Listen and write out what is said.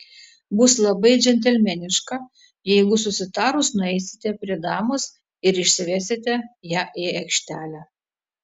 bus labai džentelmeniška jeigu susitarus nueisite prie damos ir išsivesite ją į aikštelę